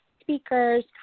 speakers